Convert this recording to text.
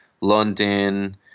london